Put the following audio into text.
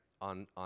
on